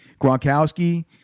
Gronkowski